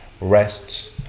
rests